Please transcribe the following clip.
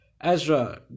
Ezra